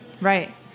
right